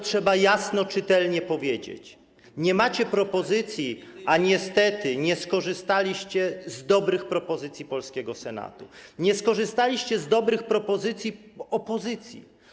Trzeba jasno, czytelnie powiedzieć: nie macie propozycji, a niestety nie skorzystaliście z dobrych propozycji polskiego Senatu, nie skorzystaliście z dobrych propozycji opozycji.